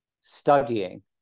studying